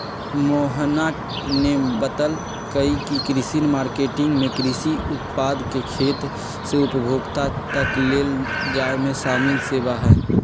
मोहना ने बतल कई की कृषि मार्केटिंग में कृषि उत्पाद के खेत से उपभोक्ता तक ले जाये में शामिल सेवा हई